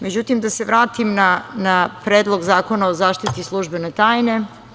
Međutim da se vratim na Predlog zakona o zaštiti službene tajne.